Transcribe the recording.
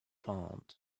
found